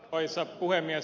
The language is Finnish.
arvoisa puhemies